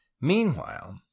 Meanwhile